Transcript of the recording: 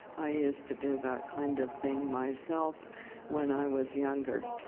i used to do that kind of thing myself when i was younger.